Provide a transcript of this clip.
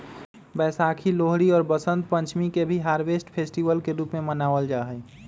वैशाखी, लोहरी और वसंत पंचमी के भी हार्वेस्ट फेस्टिवल के रूप में मनावल जाहई